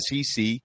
SEC